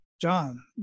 john